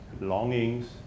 longings